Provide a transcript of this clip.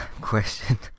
question